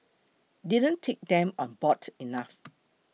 didn't take them on board enough